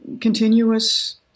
continuous